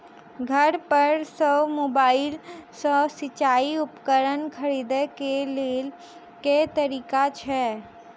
घर पर सऽ मोबाइल सऽ सिचाई उपकरण खरीदे केँ लेल केँ तरीका छैय?